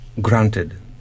granted